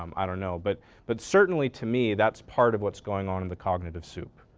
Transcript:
um i don't know. but but certainly, to me that's part of what's going on in the cognitive soup